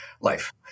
life